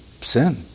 sin